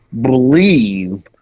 believe